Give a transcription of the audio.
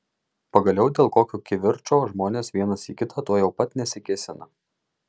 pagaliau dėl kokio kivirčo žmonės vienas į kitą tuojau pat nesikėsina